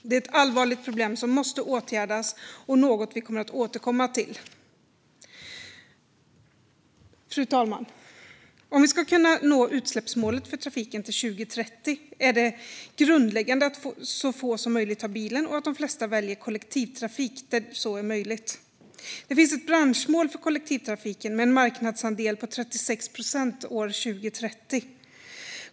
Det är ett allvarligt problem som måste åtgärdas och något vi kommer att återkomma till. Fru talman! Om vi ska kunna nå utsläppsmålet för trafiken till 2030 är det grundläggande att så få som möjligt tar bilen och att de flesta väljer kollektivtrafik där så är möjligt. Det finns ett branschmål för kollektivtrafiken med en marknadsandel på 36 procent år 2030.